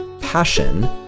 passion